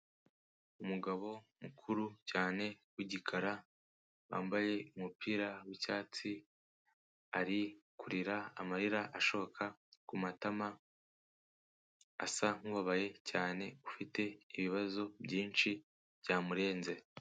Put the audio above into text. Umugabo mukuru cyane w'igikara, wambaye umupira w'icyatsi ari kurira amarira ashoka ku matama, asa nk'ubabaye cyane, ufite ibibazo byinshi byamurenze.